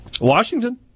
Washington